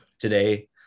today